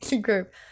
group